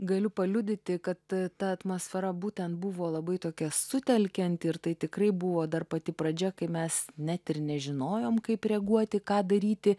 galiu paliudyti kad ta atmosfera būtent buvo labai tokia sutelkianti ir tai tikrai buvo dar pati pradžia kai mes net ir nežinojom kaip reaguoti ką daryti